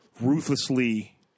ruthlessly